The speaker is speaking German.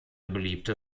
beliebte